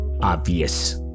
obvious